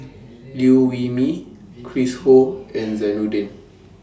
Liew Wee Mee Chris Ho and Zainudin